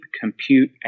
compute